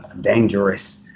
dangerous